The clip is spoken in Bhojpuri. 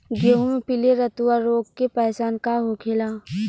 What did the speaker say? गेहूँ में पिले रतुआ रोग के पहचान का होखेला?